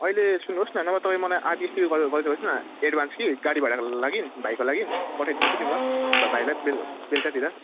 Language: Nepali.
अहिले सुन्नु होस् न नभए तपाईँ मलाई आधी यस्तरी गर गरिदिनु होस् न एडभान्स कि गाडी भाडाको लागि भाइको लागि पठाइदिन्छु नि म भए भाइलाई बेलुका बेलुकातिर